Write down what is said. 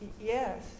yes